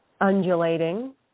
undulating